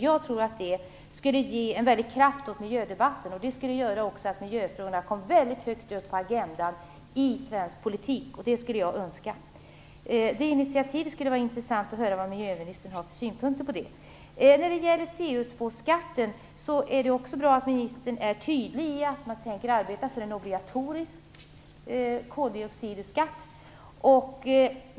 Jag tror att det skulle ge miljödebatten en väldig kraft. Därmed skulle miljöfrågorna komma högt upp på agendan i svensk politik. Det skulle jag önska. Det skulle vara intressant att höra miljöministerns synpunkter på ett sådant initiativ. Också när det gäller koldioxidskatten är det bra att miljöministern är tydlig. Man tänker arbeta för en obligatorisk koldioxidskatt.